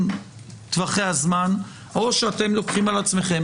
טווחי הזמן או שאתם לוקחים על עצמכם,